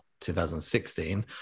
2016